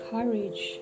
Courage